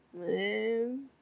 Man